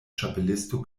ĉapelisto